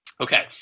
Okay